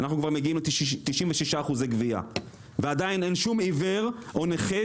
אנחנו כבר מגיעים ל-96% גבייה ועדיין אין שום עיוור או נכה